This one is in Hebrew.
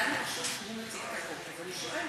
לנו רשום שהוא מציג את החוק, אז אני שואלת.